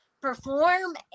perform